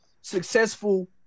successful